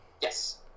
yes